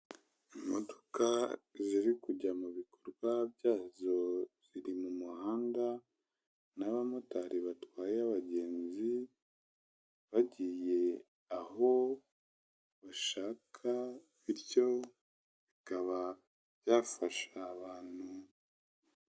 Imodoka ziri kujya mu bikorwa byazo, ziri mu muhanda n'abamotari batwaye abagenzi bagiye aho bashaka bityo bikaba byafasha abantu.